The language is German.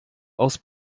aus